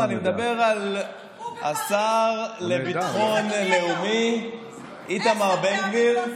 לא, אני מדבר על השר לביטחון לאומי איתמר בן גביר.